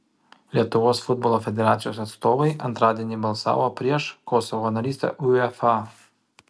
lietuvos futbolo federacijos atstovai antradienį balsavo prieš kosovo narystę uefa